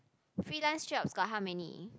freelance jobs got how many